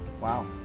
Wow